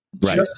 right